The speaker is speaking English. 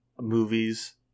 movies